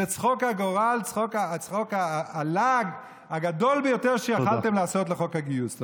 זה צחוק הגורל והלעג הגדול ביותר שיכולתם לעשות לחוק הגיוס.